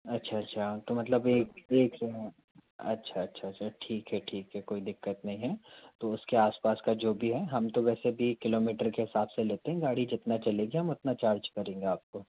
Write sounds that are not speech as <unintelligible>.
अच्छा अच्छा तो मतलब एक <unintelligible> अच्छा अच्छा अच्छा ठीक है ठीक है कोई दिक़्क़त नहीं है तो उसके आसपास का जो भी है हम तो वैसे भी किलोमीटर के हिसाब से लेते हैं गाड़ी जितना चलेगी हम उतना चार्ज करेंगे आपको